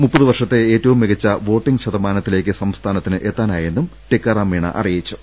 മുപ്പത് വർഷത്തെ ഏറ്റവും മികച്ച വോട്ടിംഗ് ശതമാനത്തിലേക്ക് സംസ്ഥാനത്തിന് എത്താനായെന്നും ടിക്കാറാം മീണ അറിയിച്ചു